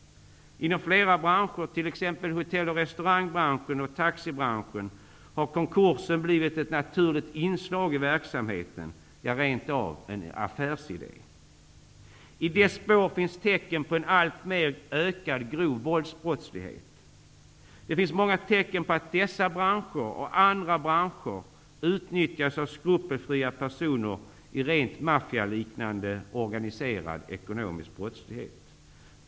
Inom flera branscher, t.ex. hotell och restaurangbranschen och taxibranschen, har konkursen blivit ett naturligt inslag i verksamheten. Den har rent av blivit en affärsidé. I dess spår finns tecken på en alltmer ökad grov våldsbrottslighet. Det finns många tecken på att dessa branscher och andra branscher utnyttjas av skrupelfria personer i rent maffialiknande organiserad ekonomisk brottslighet.